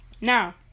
Now